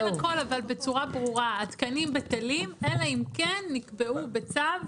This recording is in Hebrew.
מבטלים הכל, אבל בצורה